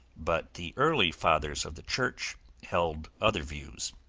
but the early fathers of the church held other views.